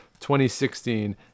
2016